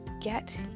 get